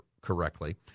correctly